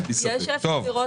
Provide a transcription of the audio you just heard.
אין לי ספק.